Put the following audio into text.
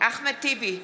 אחמד טיבי,